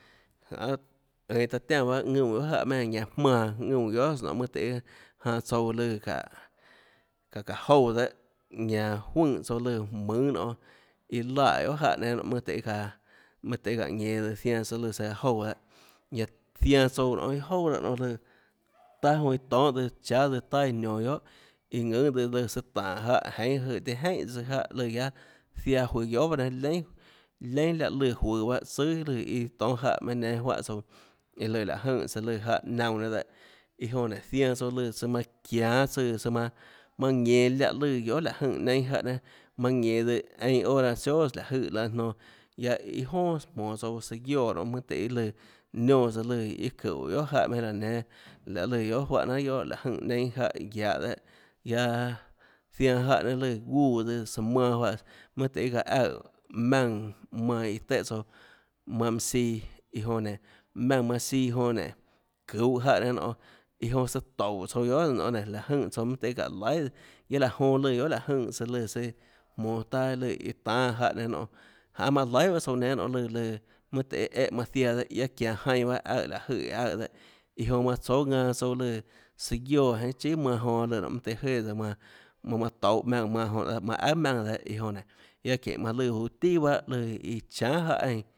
Janê æå taã tiánã ðuúnã guiohà jáhã meinhâ eínã ñanã jmánã ðuúnã guiohàs nionê mønâ tøhê janã tsouã lùã çáhå çáå çáå joúã dehâ ñanã juønè lùã mùnâ nionê iå laè guiohà jáhã nénâ nonê mønâ tøhê çáhå mønâ tøhê çáhå ñenås zianã tsouã lùnã søã aã joúã dehâ ñanã zianã tsouã nionê iâ jouà laã nionê taâ jonã iã tonhâ cháâ taâ iã nionå guiohà iã ðùnã søã lùã søã tánå jáhã jeinhâ jøè tiã jeínhà tsøã jáhã lùã guiaâ ziaã juøå guiohà baâ nénâ leínà leínà láhã lùã juøå bahâ tsùà lùã iâ tonhâ jánhã meinhâ nénâ juáhã tsouã iã lùã láå jønè søã lùnã jáhã naunã nénâ dehâ jonã nénå zianã tsouã lùã søã manã çiánâ tsùã søã mnanã ñenå láhãlùã guiohà láhåjønè neinâ jáhã nénâmanã ñenå tsøã einã hora chóàs láhå jøè laã nonã láhã iâ jonà jmonås tsouã søã guióã nonê mønâ tøhê lùã niónã tsøã lùã iâ çúhå guiohà jáhã mienhâ raã nénâ laê lùã guiohà juáhã jnanhà guiohà láhå jønè neinâ jáhã guiahå dehâ guiaâ zianã jáhã nénâ lùã gúã tsøã søã manã juáhãs mønâ tøhê çaã aøè maùnã manã iã téhã tsouã manã mønã siã iã jonã nénå maùnã manã siã jonã çuhå jáhã nénâ nonê iã jonã søã toúå tsouã guiohàs nonê nénå láhå jønè tsouã mønâ tøhê çáå laihàs guiaâ aã jonã lùã guiohà láhå jønè søã lùnã søã jmonå taâ iã lùã tánâ jáhã nénâ nonê janâå manã laihà tsouã nénã nonê lùã lù mønâ tøhê éhã manã ziaã dehâ guiaâ çianå jainã baâ aøè láhåjøè eã aøè iã jonã manã tsóâ ðanã tsouã lùã søã guióã jeinhâ chíà manã jonã lùã mønâ tøhê jéã tsøã manã manã manã touhå maùnã manã jonã manã aùà maùnã dehâ guiaâ çínhå manã lùã guã tià bahâ iã lù iã chánà jáhã eínã